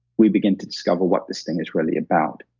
we begin to discover what this thing is really about,